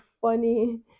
funny